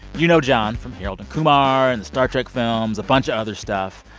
you know john from harold and kumar and the star trek films, a bunch of other stuff.